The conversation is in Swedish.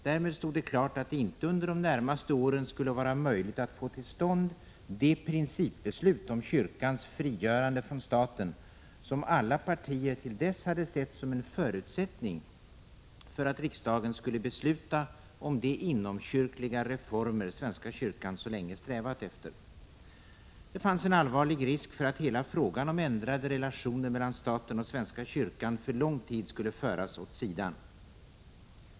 Därmed stod det klart att det inte under de närmaste åren skulle vara möjligt att få till stånd det principbeslut om kyrkans frigörande från staten som alla partier till dess hade sett som en förutsättning för att riksdagen skulle besluta om de inomkyrkliga reformer svenska kyrkan så länge strävat efter. Det fanns en allvarlig risk för att hela frågan om ändrade relationer mellan staten och svenska kyrkan för lång tid skulle föras åt sidan.